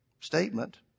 statement